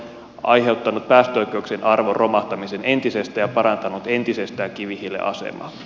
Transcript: se on aiheuttanut päästöoikeuksien arvon romahtamisen entisestään ja parantanut entisestään kivihiilen asemaa